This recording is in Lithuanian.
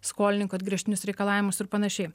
skolininkui atgręžtinius reikalavimus ir panašiai